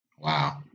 Wow